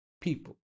people